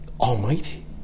Almighty